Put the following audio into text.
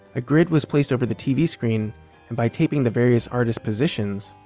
a grid was placed over the tv screen and by taping the various artists' positions,